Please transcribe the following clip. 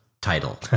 title